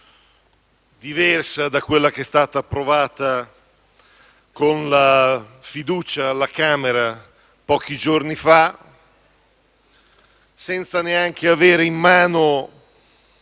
diversa da quella che è stata approvata con la fiducia alla Camera pochi giorni fa, senza neanche avere in mano